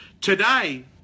Today